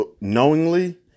knowingly